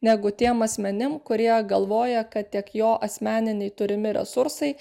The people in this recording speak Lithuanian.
negu tiem asmenim kurie galvoja kad tiek jo asmeniniai turimi resursai